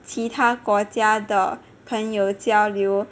其他国家的朋友交流